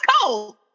cold